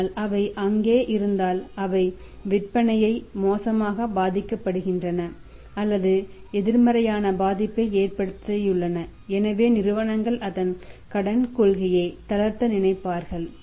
ஆனால் அவை அங்கே இருந்தால் அவை விற்பனையை மோசமாக பாதிக்கப்படுகின்றன அல்லது எதிர்மறையான பாதிப்பை ஏற்படுத்தியுள்ளன எனவே நிறுவனங்கள் அதன் கடன் கொள்கையை தளர்த்த நினைப்பார்கள்